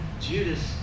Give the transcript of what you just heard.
Judas